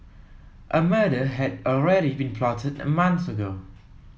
a murder had already been plotted a month ago